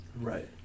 right